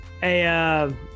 Hey